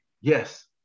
Yes